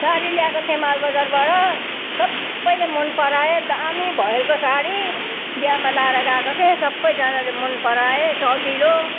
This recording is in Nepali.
साडी ल्याएको थिएँ मालबजारबाट सबैले मनपराए दामी भयलको साडी बिहामा लगाएर गएको थिएँ सबैजनाले मनपराए सजिलो